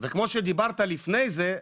וכמו שדיברת לפני זה,